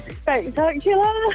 spectacular